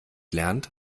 lernt